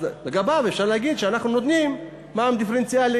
לגביו אפשר להגיד שאנחנו נותנים מע"מ דיפרנציאלי,